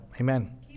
Amen